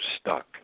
stuck